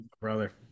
brother